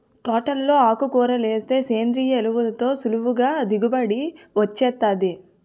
తోటలో ఆకుకూరలేస్తే సేంద్రియ ఎరువులతో సులువుగా దిగుబడి వొచ్చేత్తాది